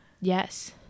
Yes